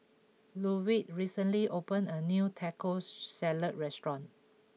Ludwig recently opened a new Tacos Salad restaurant